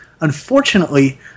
Unfortunately